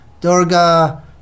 Durga